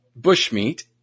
Bushmeat